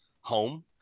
home